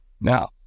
now